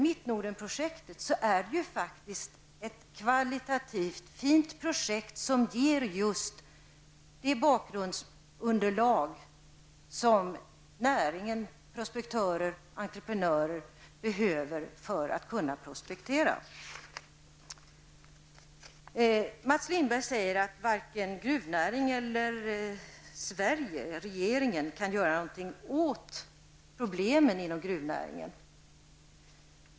Mittnordenprojektet är däremot ett kvalitativt fint projekt som ger det bakgrundsunderlag som näringen, prospektörer och entreprenörer behöver för att kunna prospektera. Mats Lindberg sade att varken gruvnäringen eller regeringen kan göra något åt problemen inom gruvnäringen.